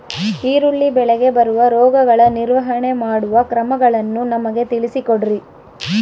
ಈರುಳ್ಳಿ ಬೆಳೆಗೆ ಬರುವ ರೋಗಗಳ ನಿರ್ವಹಣೆ ಮಾಡುವ ಕ್ರಮಗಳನ್ನು ನಮಗೆ ತಿಳಿಸಿ ಕೊಡ್ರಿ?